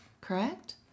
Correct